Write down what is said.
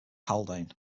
haldane